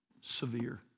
severe